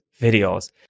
videos